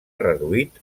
reduït